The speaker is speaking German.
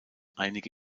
einige